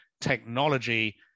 technology